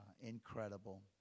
incredible